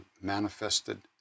manifested